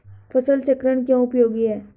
फसल चक्रण क्यों उपयोगी है?